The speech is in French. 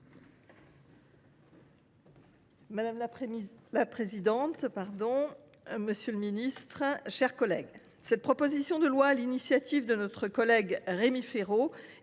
Madame la présidente, monsieur le ministre, mes chers collègues, cette proposition de loi, dont notre collègue Rémi Féraud